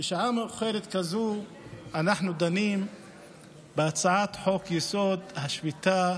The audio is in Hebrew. בשעה מאוחרת כזו אנחנו דנים בהצעת חוק-יסוד: השפיטה